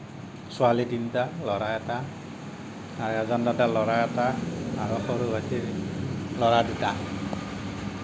ছোৱালী তিনিটা ল'ৰা এটা আৰু এজন দাদাৰ ল'ৰা এটা আৰু সৰু ভাইটীৰ ল'ৰা দুটা